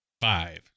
Five